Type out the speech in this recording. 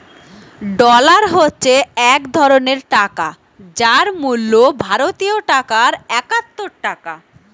dollar হচ্ছে এক ধরণের টাকা যার মূল্য ভারতীয় টাকায় একাত্তর টাকা